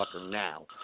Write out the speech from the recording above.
now